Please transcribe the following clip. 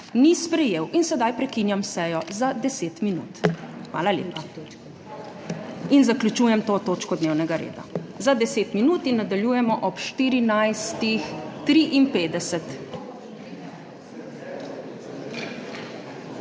ni sprejel. In sedaj prekinjam sejo za 10 minut, hvala lepa in zaključujem to točko dnevnega reda za 10 minut in nadaljujemo ob 14.53.